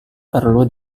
perlu